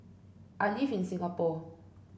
I live in Singapore